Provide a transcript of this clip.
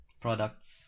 products